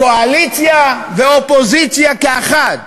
קואליציה ואופוזיציה כאחד.